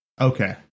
Okay